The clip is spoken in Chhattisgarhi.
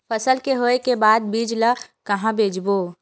फसल के होय के बाद बीज ला कहां बेचबो?